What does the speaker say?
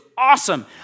awesome